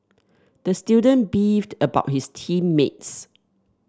the student beefed about his team mates